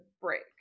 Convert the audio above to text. break